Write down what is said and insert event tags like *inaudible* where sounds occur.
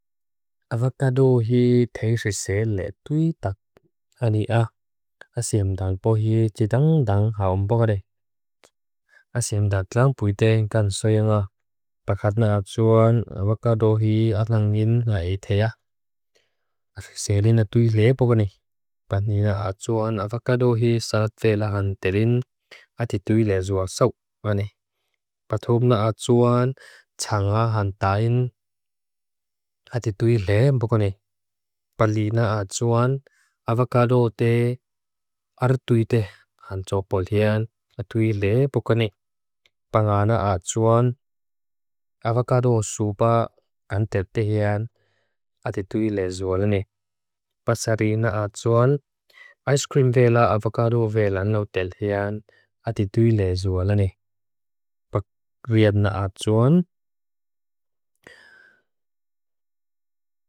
Avakado hi teisise le tui tak ania. *hesitation* Aseamdan pohi titang tang haonpokade. *hesitation* Aseamdan tlang puiteng kan soyenga. Pakatna atuan avakado hi atlang ngin la etea. *hesitation* Aseelina tui le pokane. Panina atuan avakado hi satve lahantelin. *hesitation* Ati tui le zuak sok, wane. *hesitation* Patomna atuan *hesitation* tanga hantain. *hesitation* Ati tui le pokane. Palina atuan avakado te artuite hantopolean. Atui le pokane. Pangana atuan avakado suba anteltehean. Ati tui le zualane. Pasarina atuan *hesitation* aiskrimvela avakado velanotelhean. Ati tui le zualane. Pakatna atuan. *hesitation*